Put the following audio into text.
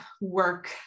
work